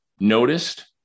noticed